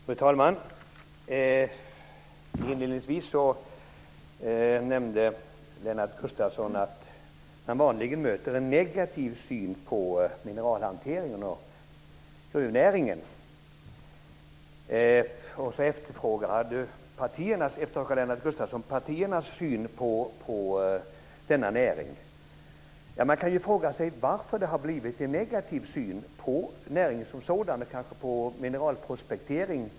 Fru talman! Lennart Gustavsson nämnde inledningsvis att man vanligen möter en negativ syn på mineralhanteringen och gruvnäringen och efterfrågade partiernas syn på denna näring. Man kan ju fråga sig varför det har blivit en negativ syn på näringen som sådan men kanske speciellt på mineralprospektering.